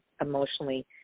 emotionally